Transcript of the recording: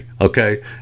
okay